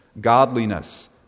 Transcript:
godliness